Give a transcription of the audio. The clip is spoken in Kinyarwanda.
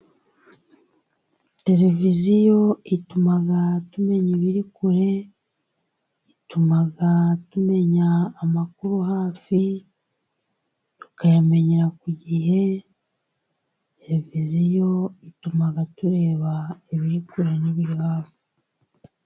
Tereviziyo ituma tumenya ibiri kure, ituma tumenya amakuru hafi tukayamenyera ku gihe, tereviziyo ituma tureba ibiri kure n'ibiri hafi.